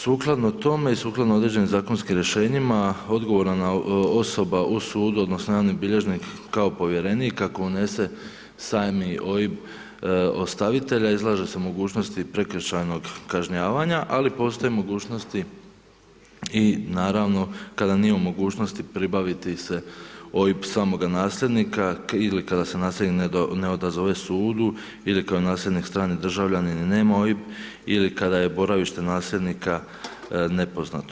Sukladno tome i sukladno određenim zakonskim rješenjima, odgovorna osoba u sudu odnosno javni bilježnik kao povjerenik ako unese sami OIB ostavitelja, izlaže se mogućnosti prekršajnog kažnjavanja ali postoje mogućnosti i naravno kada nije u mogućnosti pribaviti se OIB samoga nasljednika ili kada se nasljednik ne odazove sudu ili kad je nasljednik strani državljanin, nema OIB ili kad je boravište nasljednika nepoznato.